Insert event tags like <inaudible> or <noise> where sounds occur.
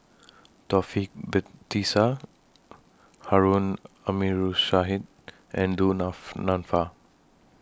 <noise> Taufik Batisah Harun <unintelligible> and Du <unintelligible> Nanfa